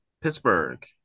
Pittsburgh